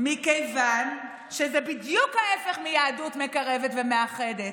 מכיוון שזה בדיוק ההפך מיהדות מקרבת ומאחדת,